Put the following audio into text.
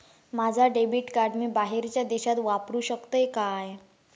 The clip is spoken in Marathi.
माझा डेबिट कार्ड मी बाहेरच्या देशात वापरू शकतय काय?